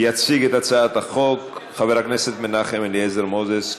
יציג את הצעת החוק חבר הכנסת מנחם אלעזר מוזס.